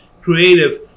creative